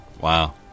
Wow